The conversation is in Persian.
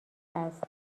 است